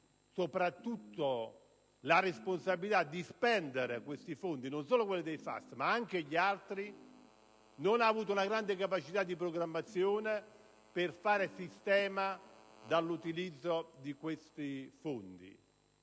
soprattutto la responsabilità, di spendere questi fondi, non solo quelli del FAS, ma anche gli altri, non hanno avuto grande capacità di programmazione per fare sistema dall'utilizzo di questi fondi.